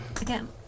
Again